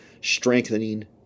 strengthening